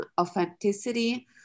authenticity